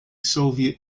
soviet